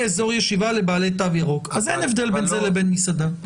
אזור ישיבה לבעלי תו ירוק כך שאין הבדל בין זה לבין מסעדה.